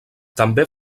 també